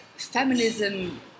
Feminism